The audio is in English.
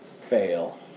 Fail